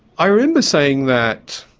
i remember saying that,